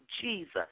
Jesus